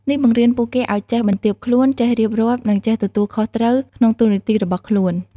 នេះបង្រៀនពួកគេឲ្យចេះ បន្ទាបខ្លួន ចេះរៀបរាប់ និងចេះទទួលខុសត្រូវ ក្នុងតួនាទីរបស់ខ្លួន។